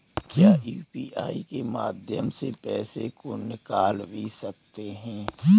क्या यू.पी.आई के माध्यम से पैसे को निकाल भी सकते हैं?